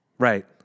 Right